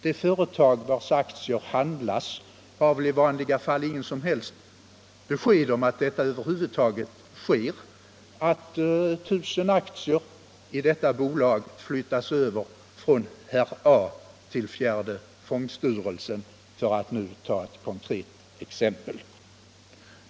Det företag vars aktier köps och säljs får i vanliga fall inte ens något som helst besked om transaktionen, får inte veta att t.ex. 1 000 aktier i bolaget har flyttats över från herr A till fjärde fondstyrelsen — för att här ta ett konkret exempel.